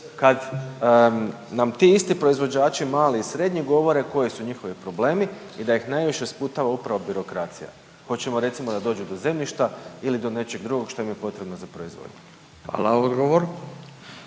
kad nam ti isti proizvođači mali i srednji govore koji su njihovi problemi i da ih najviše sputava upravo birokracija, hoćemo recimo da dođu do zemljišta ili do nečeg drugog što im je potrebno za proizvodnju. Hvala.